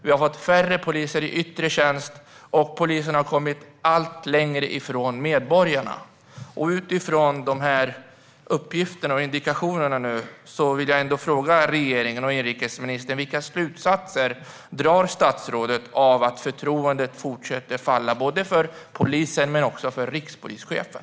Vi har fått färre poliser i yttre tjänst, och polisen har kommit allt längre ifrån medborgarna. Utifrån dessa uppgifter och indikationer vill jag fråga regeringen och inrikesministern vilka slutsatser statsrådet drar av att förtroendet fortsätter att falla för både polisen och rikspolischefen.